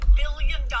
billion